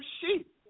sheep